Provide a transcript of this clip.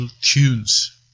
tunes